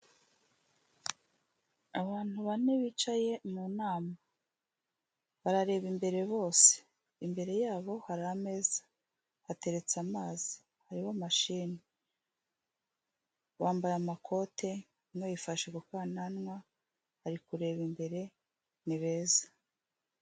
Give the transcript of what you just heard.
Abantu bane bicaye mu nama, barareba imbere bose, imbere yabo hari ameza, hateretse amazi, hariho mashine, bambaye amakote, umwe yifashe ku kananwa ari kureba imbere, ni beza.